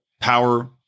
power